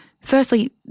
firstly